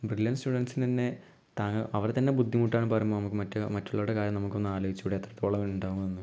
brilliant സ്റ്റുഡൻസിനന്നെ താങ്ങാൻ അവർ തന്നെ ബുദ്ധിമുട്ടാന്ന് പറയുമ്പോൾ നമുക്ക് മറ്റ് മറ്റുള്ളവരുടെ കാര്യം നമുക്കൊന്ന് ആലോചിച്ചൂടെ എത്രത്തോളം ഉണ്ടാവുമെന്ന്